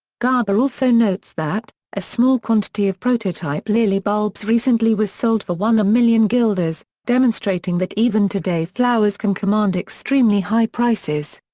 garber also notes that, a small quantity of prototype lily bulbs recently was sold for one million guilders, demonstrating that even today flowers can command extremely high prices.